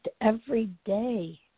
everyday